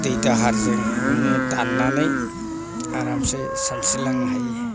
दै दाहारजों नोङो दाननानै आरामसे सानस्रिलांनो हायो